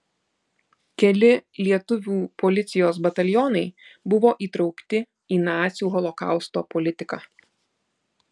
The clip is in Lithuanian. keli lietuvių policijos batalionai buvo įtraukti į nacių holokausto politiką